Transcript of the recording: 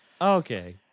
Okay